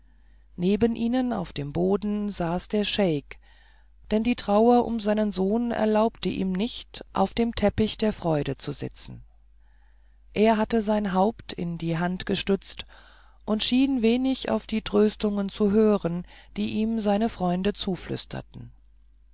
neben ihnen auf dem boden saß der scheik denn die trauer um seinen sohn erlaubte ihm nicht auf den teppich der freude zu sitzen er hatte sein haupt in die hand gestützt und schien wenig auf die tröstungen zu hören die ihm seine freunde zuflüsterten